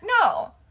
No